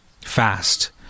fast